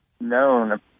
known